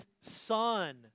Son